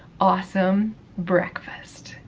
awesome breakfast.